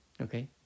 okay